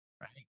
right